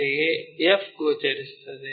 ಅಂತೆಯೇ f ಗೋಚರಿಸುತ್ತದೆ